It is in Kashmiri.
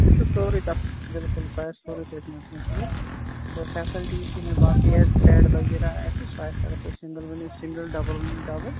سُہ چھُو سورُے تَتھ بِلکُل سُہ آسہِ سورُے تٔتھۍ منٛز اِنکٔلوٗڈ تہٕ فیسلٹیٖز چھِ یِمَے باقٕے آسہِ بیڈ وغیرہ آسہِ سُہ آسہِ اَگر تُہۍ سِنگٔل ؤنِو سِنگٔل ڈَبٔل ؤنِو ڈَبٔل